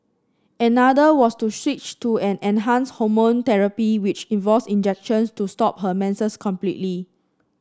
another was to switch to an enhanced hormone therapy which involved injections to stop her menses completely